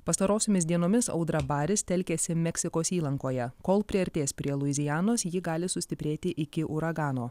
pastarosiomis dienomis audra baris telkėsi meksikos įlankoje kol priartės prie luizianos ji gali sustiprėti iki uragano